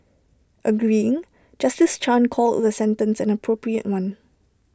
agreeing justice chan called the sentence an appropriate one